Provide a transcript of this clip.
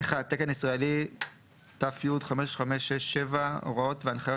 תקן ישראלי ת"י 5567 הוראות והנחיות